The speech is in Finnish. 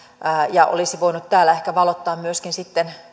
ja olisi voinut täällä ehkä valottaa myöskin sitten